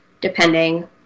depending